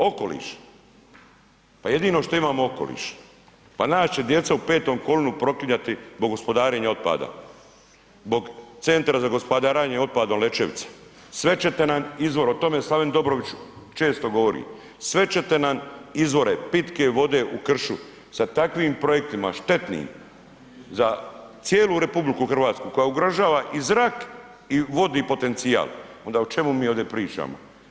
Okoliš, pa jedino šta imamo okoliš, pa nas će djeca u petom kolinu proklinjati zbog gospodarenja otpadom, zbog Centra za gospodarenjem otpadom Lećevica, sve ćete nam izvor o tome, Slaven Dobrović često govori, sve ćete nam izvore pitke vode u kršu sa takvim projektima štetnim za cijelu RH koja ugrožava i zrak i vodu i potencijal, onda o čemu mi ovdje pričamo?